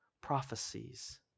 prophecies